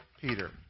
Peter